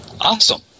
Awesome